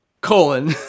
Colon